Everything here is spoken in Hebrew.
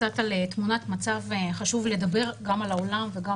תמונת מצב: חשוב לדבר גם על העולם וגם